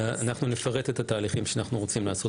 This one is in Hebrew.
אנחנו נפרט את התהליכים שאנחנו רוצים לעשות